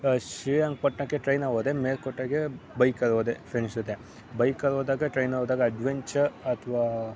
ಶ್ರೀರಂಗಪಟ್ಟಣಕ್ಕೆ ಟ್ರೈನಿಗೆ ಹೋದೆ ಮೆಲುಕೋಟೆಗೆ ಬೈಕಲ್ಲಿ ಹೋದೆ ಫ್ರೆಂಡ್ಸ್ ಜೊತೆ ಬೈಕಲ್ಲಿ ಹೋದಾಗ ಟ್ರೈನಲ್ಲಿ ಹೋದಾಗ ಅಡ್ವೆಂಚರ್ ಅಥವಾ